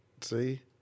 See